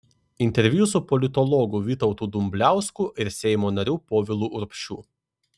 interviu su politologu vytautu dumbliausku ir seimo nariu povilu urbšiu